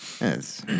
Yes